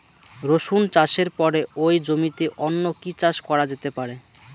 রসুন চাষের পরে ওই জমিতে অন্য কি চাষ করা যেতে পারে?